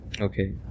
Okay